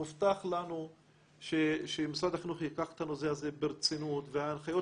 הובטח לנו שמשרד החינוך ייקח את הנושא הזה ברצינות וההנחיות